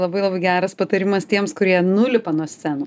labai labai geras patarimas tiems kurie nulipa nuo scenų